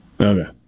Okay